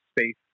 space